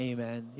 Amen